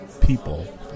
people